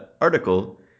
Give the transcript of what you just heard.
article